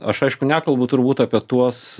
aš aišku nekalbu turbūt apie tuos